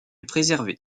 préservé